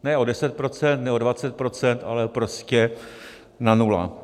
Ne o 10 % nebo 20 %, ale prostě na nula.